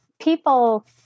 people